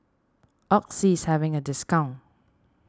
Oxy is having a discount